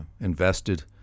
invested